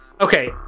Okay